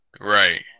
Right